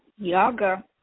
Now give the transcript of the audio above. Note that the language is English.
Yoga